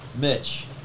Mitch